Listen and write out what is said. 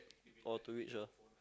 all too rich ah